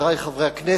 חברי חברי הכנסת,